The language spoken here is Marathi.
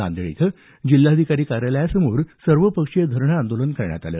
नांदेड इथं जिल्हाधिकारी कार्यालयासमोर सर्वपक्षीय धरणे आंदोलन करण्यात आलं